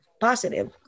positive